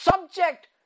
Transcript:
subject